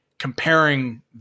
comparing